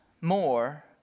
more